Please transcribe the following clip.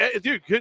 dude